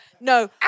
No